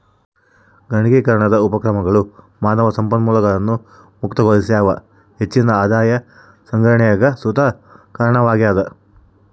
ಗಣಕೀಕರಣದ ಉಪಕ್ರಮಗಳು ಮಾನವ ಸಂಪನ್ಮೂಲಗಳನ್ನು ಮುಕ್ತಗೊಳಿಸ್ಯಾವ ಹೆಚ್ಚಿನ ಆದಾಯ ಸಂಗ್ರಹಣೆಗ್ ಸುತ ಕಾರಣವಾಗ್ಯವ